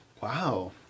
wow